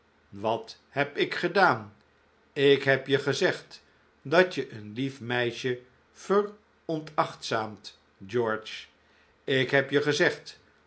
wat heb ik gedaan ik heb je gezegd dat je een lief meisje veronachtzaamt george ik heb je gezegd